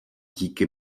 díky